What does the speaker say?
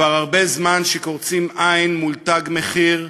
כבר הרבה זמן קורצים בעין מול "תג מחיר".